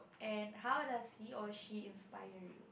and how does he or she inspire you